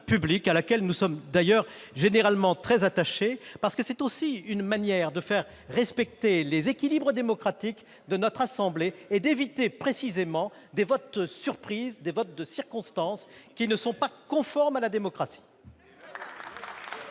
! Nous y sommes d'ailleurs généralement très attachés, parce que c'est aussi une manière de faire respecter les équilibres démocratiques de notre assemblée et d'éviter précisément des votes surprises ou des votes de circonstance, qui eux ne sont pas démocratiques.